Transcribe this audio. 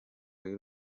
y’u